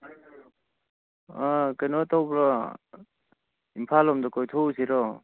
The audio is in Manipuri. ꯀꯩꯅꯣ ꯇꯧꯕ꯭ꯔꯣ ꯏꯝꯐꯥꯜ ꯂꯣꯝꯗ ꯀꯣꯏꯊꯣꯛꯎꯁꯤꯔꯣ